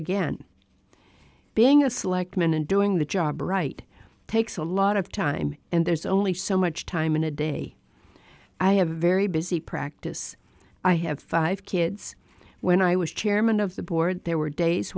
again being a selectman and doing the job right takes a lot of time and there's only so much time in a day i have a very busy practice i have five kids when i was chairman of the board there were days